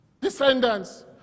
descendants